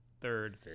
third